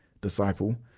disciple